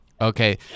Okay